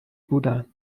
بودن